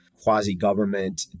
quasi-government